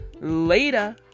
Later